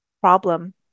problem